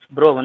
Bro